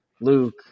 Luke